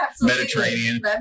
Mediterranean